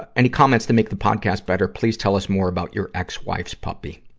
any comments to make the podcast better? please tell us more about your ex-wife's puppy.